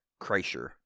Kreischer